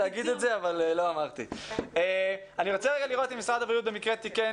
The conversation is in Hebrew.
אני רוצה לראות אם משרד הבריאות במקרה תיקן